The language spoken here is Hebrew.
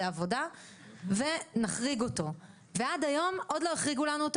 עבודה ונחריג אותו.." ועד היום עוד לא החריגו לנו אותו